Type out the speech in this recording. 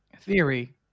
theory